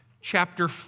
chapter